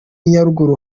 nyaruguru